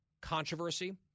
controversy